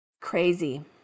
crazy